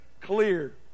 clear